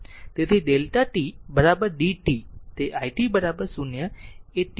તેથી Δ t d t t તે it 0 એ t 0 માટે